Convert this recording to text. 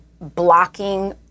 blocking